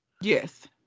Yes